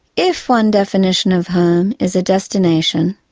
if one definition of home is a destination,